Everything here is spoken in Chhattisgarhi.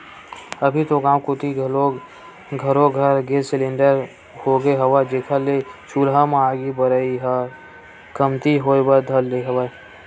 अभी तो गाँव कोती घलोक घरो घर गेंस सिलेंडर होगे हवय, जेखर ले चूल्हा म आगी बरई ह कमती होय बर धर ले हवय